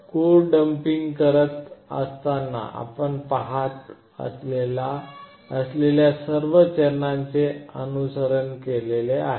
code dumping करत असताना आपण पहात असलेल्या सर्व चरणांचे अनुसरण केले आहे